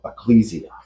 ecclesia